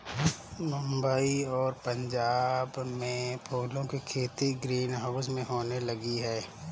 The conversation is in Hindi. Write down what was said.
मुंबई और पंजाब में फूलों की खेती ग्रीन हाउस में होने लगी है